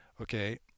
okay